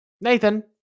Nathan